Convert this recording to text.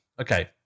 okay